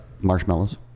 Marshmallows